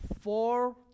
four